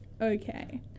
Okay